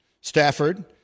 Stafford